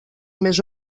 més